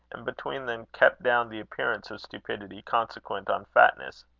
and between them kept down the appearance of stupidity consequent on fatness.